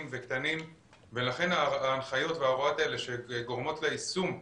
וקטנים ולכן ההנחיות וההוראות האלה שגורמות ליישום בשטח,